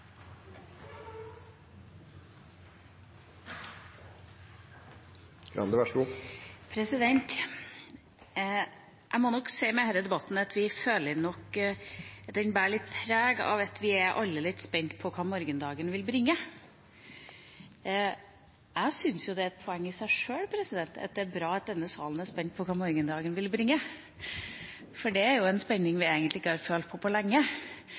må nok si om denne debatten at vi nok føler at den bærer litt preg av at vi alle er litt spent på hva morgendagen vil bringe. Jeg syns det er et poeng i seg sjøl at det er bra at denne salen er spent på hva morgendagen vil bringe, for det er en spenning vi egentlig ikke har følt på lenge,